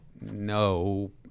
no